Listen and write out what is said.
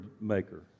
maker